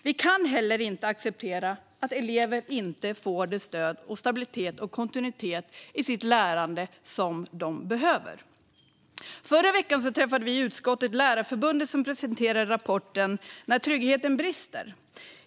Vi kan heller inte acceptera att elever inte får det stöd och den stabilitet och kontinuitet i sitt lärande som de behöver. Förra veckan träffade utskottet Lärarförbundet, som presenterade rapporten När tryggheten brister .